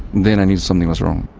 then i knew something was wrong.